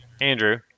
Andrew